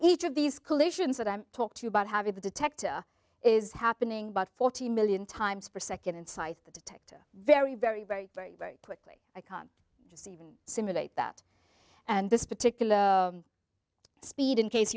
each of these collisions that i'm talked to about having the detector is happening but forty million times per second inside the detector very very very very very quickly i can just even simulate that and this particular speed in case